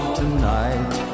tonight